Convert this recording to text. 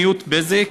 1. האם זו מדיניות בזק